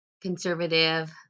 Conservative